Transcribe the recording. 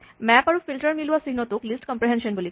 map আৰু filter মিলোৱা চিহ্নটোক লিষ্ট কম্প্ৰেহেনছন বুলি কয়